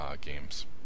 games